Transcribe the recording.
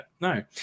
no